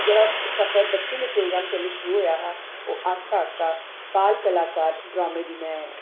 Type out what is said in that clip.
जेह्ड़ा सफर बच्चें दे प्रोग्राम नै शुरु होआ हा ओह् आस्तै आस्तै बाल कलाकार ड्रामे दी में